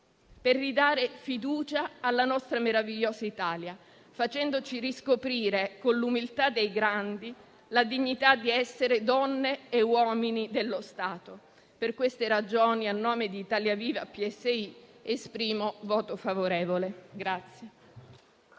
per ridare fiducia alla nostra meravigliosa Italia, facendoci riscoprire, con l'umiltà dei grandi, la dignità di essere donne e uomini dello Stato. Per queste ragioni, annuncio il voto favorevole del